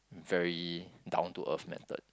very down to earth method